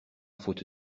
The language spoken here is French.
faute